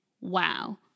Wow